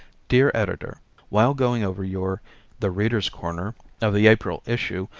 dear editor while going over your the readers' corner of the april issue,